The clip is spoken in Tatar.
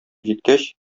җиткәч